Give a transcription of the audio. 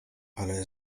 ale